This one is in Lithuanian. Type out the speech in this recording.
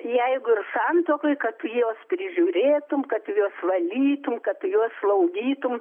jeigu ir santuokoj kad juos prižiūrėtum kad juos valytum kad juos slaugytum